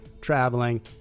traveling